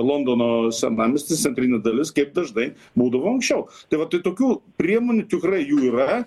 londono senamiestis centrinė dalis kaip dažnai būdavo anksčiau tai vat tai tokių priemonių tikrai jų yra